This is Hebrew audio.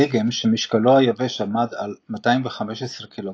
הדגם, שמשקלו היבש עמד על 215 קילוגרם,